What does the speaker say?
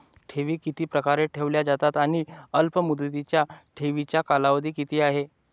ठेवी किती प्रकारे ठेवल्या जातात आणि अल्पमुदतीच्या ठेवीचा कालावधी किती आहे?